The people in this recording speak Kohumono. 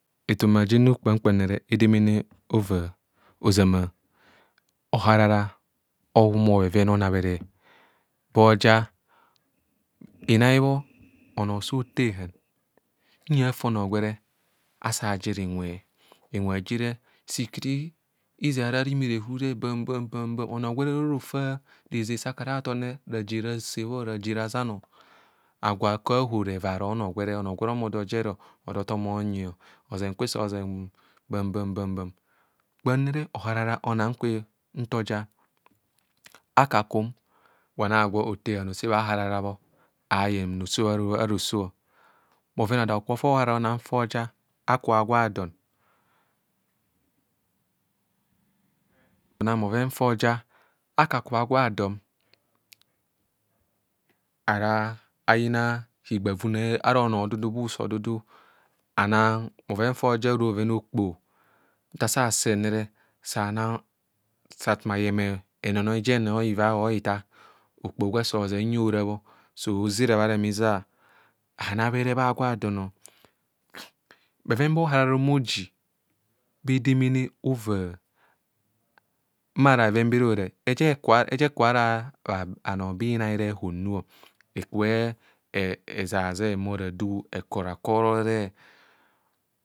Ethoma ja enu kpam kpam nre edemene ova oʒama ohara ohumo bheven onabhene bjo oja inai bho oni gwene asa ajer inwe. Inwe jire sa ikara izeng ara rimere hub re bam bam bam bam, onoo gwene ora ora ofa rezeb sa akuru athom re, raje rase bho, raje razan o, agwo akubho ahor evare onoo gwere, onoo gwere ohumo oda ojere, oda othoni o onyi. Hozeng kwe sa hoʒen bam bam bam. Kpam rere, oharara onang kwe nta oja akaaku m gwan agwo othee hehan ose bhaharara bho ayeng roso ara roso. Bhoven ada bhokubho fa oharara onang for oja akakubha bha gwa don ara ayina higbavune ara onoo dudu bha usa odudu anang bhoven fo oja ora bhoven okpoho. Nta asa asee nere, sa akama ayeme inonoi jen or iva or ithaar okpoho gwe osa ozenv bho hugaw ora bho osa ozera bha remiza, hanabhere bha gwa don ọ bheven ba oharara ohumo oji bhedemene ova. Mara bheven bere hora eja ekubho are bhanooba mai re azeazeng, ehumo radv ekora kora.